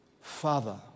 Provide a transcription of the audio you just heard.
Father